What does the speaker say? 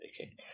Okay